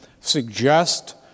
suggest